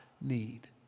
need